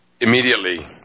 immediately